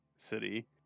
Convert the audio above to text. city